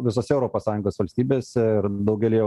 visose europos sąjungos valstybėse ir daugelyje